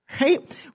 right